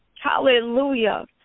Hallelujah